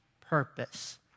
purpose